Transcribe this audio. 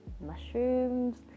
mushrooms